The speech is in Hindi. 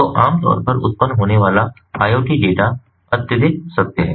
तो आमतौर पर उत्पन्न होने वाला IoT डेटा अत्यधिक सत्य है